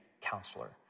counselor